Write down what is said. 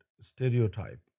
stereotype